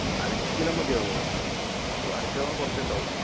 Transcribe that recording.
അര കിലോ മതിയാകുമോ അരകിലോ എന്ന് പറയുമ്പോൾ കുറച്ച് ഉണ്ടാവുളളൂ